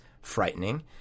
frightening